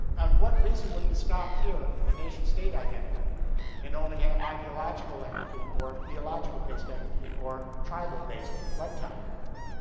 um what reason would we stop here at the nation state identity and only have ideological empathy or theological-based empathy or tribal-based, blood tie empathy?